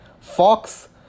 Fox